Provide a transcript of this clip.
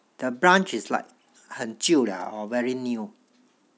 the branch is like 很旧了 ah or very new